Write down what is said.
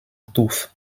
touffes